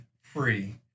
free